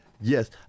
Yes